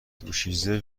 دوشیزه